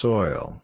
Soil